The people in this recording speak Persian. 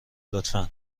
لطفا